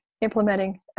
implementing